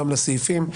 גם לסעיפים.